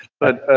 but,